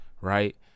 right